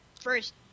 First